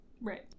Right